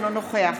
אינו נוכח